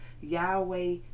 Yahweh